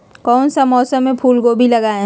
कौन सा मौसम में फूलगोभी लगाए?